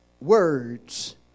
words